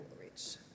reach